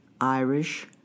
Irish